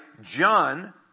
John